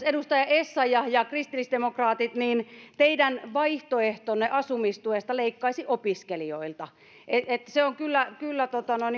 edustaja essayah ja ja kristillisdemokraatit teidän vaihtoehtonne asumistuesta leikkaisi opiskelijoilta se on kyllä kyllä